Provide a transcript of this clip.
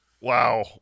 Wow